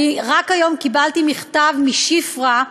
רק היום קיבלתי מכתב משפרה,